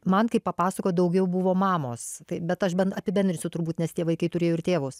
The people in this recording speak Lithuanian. man kaip papasakojo daugiau buvo mamos tai bet aš apibendrinsiu turbūt nes tie vaikai turėjo ir tėvus